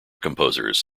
composers